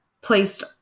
placed